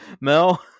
Mel